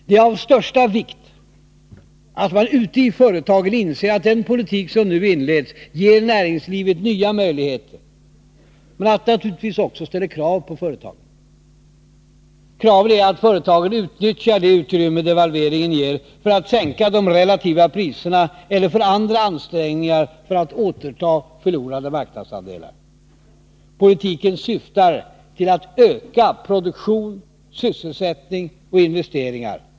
Det är av största vikt att man ute i företagen inser att den politik som nu inleds ger näringslivet nya möjligheter men att den naturligtvis också ställer krav på företagen. Kraven är att företagen nu utnyttjar det utrymme devalveringen ger för att sänka de relativa priserna eller för andra ansträngningar för att återta förlorade marknadsandelar. Politiken syftar till att öka produktion, sysselsättning och investeringar.